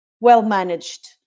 well-managed